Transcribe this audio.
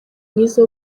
mwiza